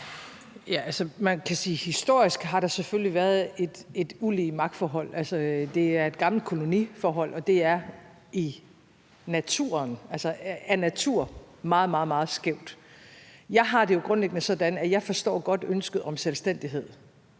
historisk selvfølgelig har været et ulige magtforhold. Altså, det er et gammel koloniforhold, og det er af natur meget, meget skævt. Jeg har det jo grundlæggende sådan, at jeg godt forstår ønsket om selvstændighed.